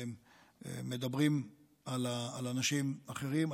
כשמדברים על אנשים אחרים,